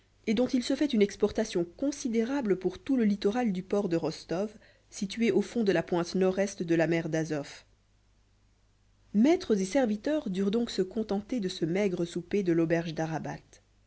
et dont il se fait une exportation considérable pour tout le littoral du port de rostow situé au fond de la pointe nord-est de la mer d'azof maîtres et serviteurs durent donc se contenter de ce maigre souper de l'auberge d'arabat